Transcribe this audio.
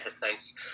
Thanks